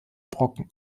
brocken